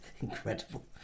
incredible